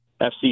FC